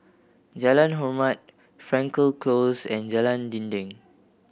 Jalan Hormat Frankel Close and Jalan Dinding